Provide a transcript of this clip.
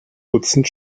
dutzend